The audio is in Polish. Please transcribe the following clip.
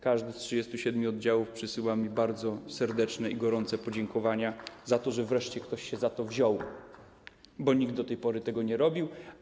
Każdy z 37 oddziałów przesyła mi bardzo serdeczne i gorące podziękowania za to, że wreszcie ktoś się za to wziął, bo nikt do tej pory tego nie robił.